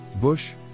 Bush